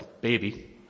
baby